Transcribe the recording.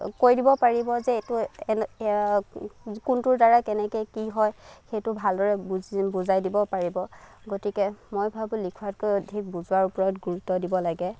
কৈ দিব পাৰিব যে এইটো এয়া কোনটোৰ দ্বাৰা কেনেকে কি হয় সেইটো ভালদৰে বুজাই দিব পাৰিব গতিকে মই ভাবো লিখাতকৈ অধিক বুজোৱাৰ ওপৰত গুৰত্ব দিব লাগে